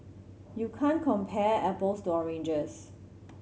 you can't compare apples to oranges